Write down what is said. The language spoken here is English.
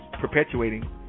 perpetuating